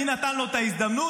מי נתן לו ההזדמנות,